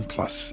Plus